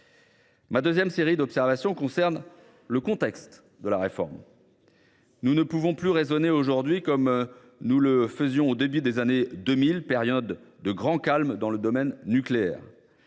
Ma deuxième série d’observations porte sur le contexte de la réforme. Nous ne pouvons plus raisonner aujourd’hui comme nous le faisions au début des années 2000, période de grand calme dans le domaine nucléaire.